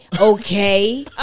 Okay